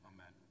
Amen